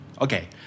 Okay